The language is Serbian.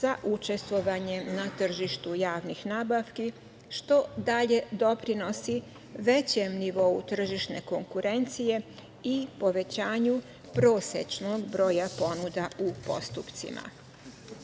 za učestvovanje na tržištu javnih nabavki, što dalje doprinosi većem nivou tržišne konkurencije i povećanju prosečnog broja ponuda u postupcima. Kao